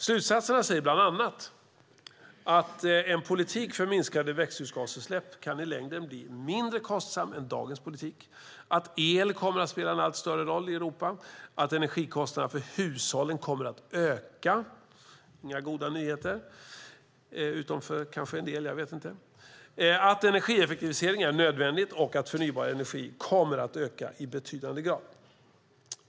Slutsatserna säger bland annat att en politik för minskade växthusgasutsläpp i längden kan bli mindre kostsam än dagens politik, att el kommer att spela en allt större roll i Europa, att energikostnaderna för hushållen kommer att öka - det är inga goda nyheter, utom kanske för en del; jag vet inte - att energieffektivisering är nödvändigt och att förnybar energi kommer att öka i betydande grad.